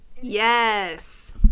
Yes